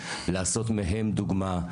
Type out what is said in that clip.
לעשות מהם דוגמה.